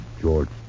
George